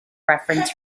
reference